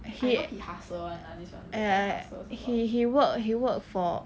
he ah ya ya he he work he work for